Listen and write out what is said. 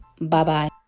Bye-bye